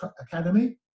Academy